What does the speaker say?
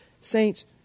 saints